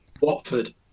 Watford